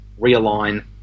realign